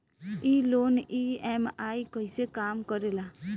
ई loan EMI कईसे काम करेला?